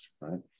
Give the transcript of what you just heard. right